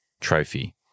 trophy